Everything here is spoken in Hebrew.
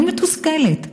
אני מתוסכלת.